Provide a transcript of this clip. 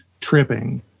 tripping